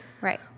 Right